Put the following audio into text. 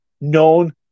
known